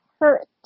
hurt